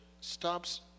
stops